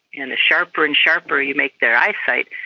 and the sharper and sharper you make their eyesight,